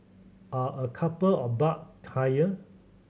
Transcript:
are a couple of buck higher